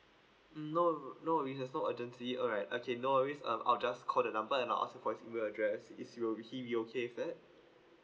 mm no no which has no urgency alright okay no worries um I'll just call the number and I'l ask him for his email address is yuo'll he will be okay with that